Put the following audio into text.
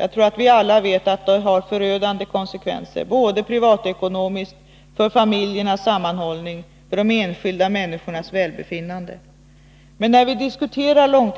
Jag tror att alla är medvetna om att långtidsarbetslöshet får förödande konsekvenser både privatekonomiskt, för familjernas sammanhållning och för de enskilda människornas välbefinnande. Men när vi diskuterar denna